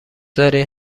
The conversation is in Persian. دارین